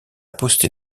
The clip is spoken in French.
posté